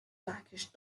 blackish